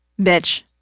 Bitch